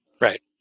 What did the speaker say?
Right